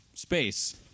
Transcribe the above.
space